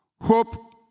Hope